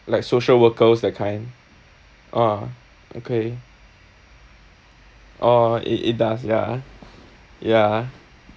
like social workers that kind ah okay orh it it does ya ya